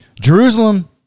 Jerusalem